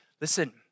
Listen